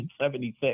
1976